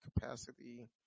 capacity